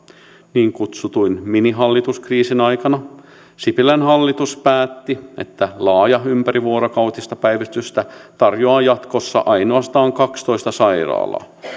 niin kutsutun minihallituskriisin aikana sipilän hallitus päätti että laajaa ympärivuorokautista päivystystä tarjoaa jatkossa ainoastaan kaksitoista sairaalaa